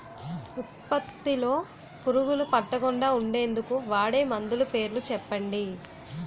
ఉత్పత్తి లొ పురుగులు పట్టకుండా ఉండేందుకు వాడే మందులు పేర్లు చెప్పండీ?